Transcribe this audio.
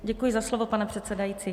Děkuji za slovo, pane předsedající.